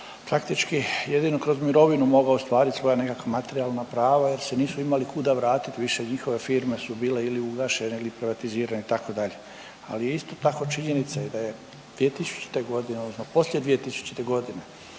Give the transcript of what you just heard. praktički jedino kroz mirovinu mogao ostvariti svoja nekakva materijalna prava jer se nisu imali kuda vratiti više. Njihove firme su bile ili ugašene ili privatizirane itd. Ali je isto tako činjenica i da je 2000. godine,